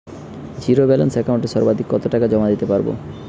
Zero balance একাউন্টে সর্বাধিক কত টাকা জমা দিতে পারব?